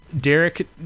Derek